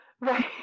Right